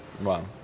Wow